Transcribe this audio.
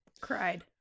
cried